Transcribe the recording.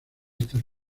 estas